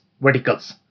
verticals